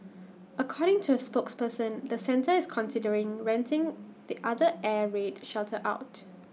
according to the spokesperson the centre is considering renting the other air raid shelter out